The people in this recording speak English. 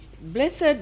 Blessed